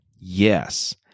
yes